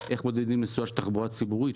איך מודדים נסועה של תחבורה ציבורית?